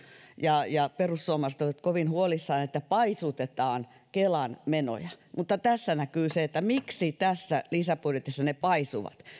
ja ja perussuomalaiset olivat kovin huolissaan että paisutetaan kelan menoja mutta tässä näkyy se miksi tässä lisäbudjetissa ne paisuvat